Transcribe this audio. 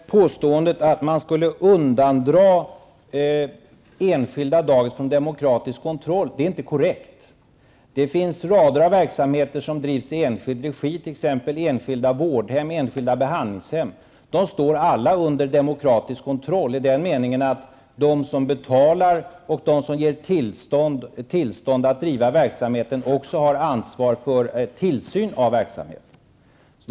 Herr talman! Påståendet att man skulle undandra enskilda dagis från demokratisk kontroll är inte korrekt. Det finns en rad verksamheter som drivs i enskild regi, t.ex. enskilda vårdhem och behandlingshem och som alla står under demokratisk kontroll i den meningen att de som betalar och de som ger tillstånd att driva verksamheten också har ansvar för tillsynen av verksamheten.